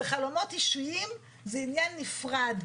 וחלומות אישיים זה עניין נפרד,